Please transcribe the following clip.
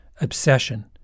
obsession